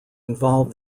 involve